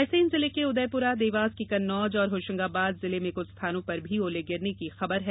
रायसेन जिले के उदयपुरा देवास के कन्नौज और होशंगाबाद जिले में कुछ स्थानों पर भी ओले गिरने की खबर है